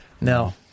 no